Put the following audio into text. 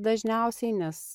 dažniausiai nes